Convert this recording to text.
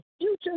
future